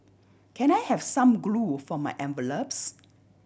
can I have some glue for my envelopes